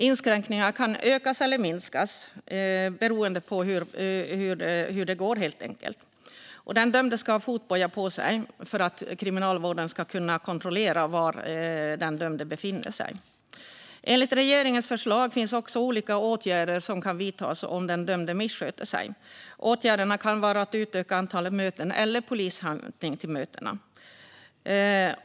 Inskränkningarna kan ökas eller minskas beroende på hur det går. Den dömde ska ha fotboja på sig för att Kriminalvården ska kunna kontrollera var den dömde befinner sig. I regeringens förslag finns olika åtgärder som kan vidtas om den dömde missköter sig. Åtgärderna kan vara att utöka antalet möten eller att ha polishämtning till mötena.